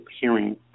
hearing